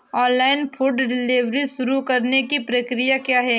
Online food delivery शुरू करने की प्रक्रिया क्या है?